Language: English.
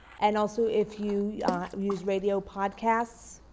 and also if you use radio podcasts